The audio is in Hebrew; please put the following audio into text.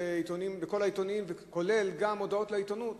בכל העיתונים, כולל הודעות לעיתונות: